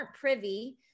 privy